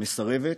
מסרבת,